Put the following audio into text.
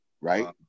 Right